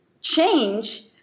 change